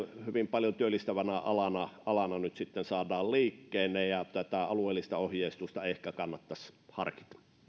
hyvin paljon työllistävänä alana alana nyt sitten saadaan liikkeelle ja tätä alueellista ohjeistusta ehkä kannattaisi harkita